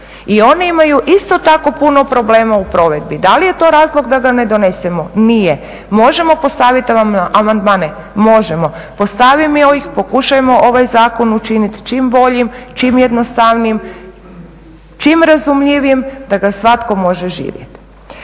I oni imaju isto tako puno problema u provedbi. Da li je to razlog da ga ne donesemo? Nije. Možemo postaviti amandmane, možemo. Postavimo ih, pokušajmo ovaj zakon učiniti čim boljim, čim jednostavnijim, čim razumljivijim da ga svatko može živjeti.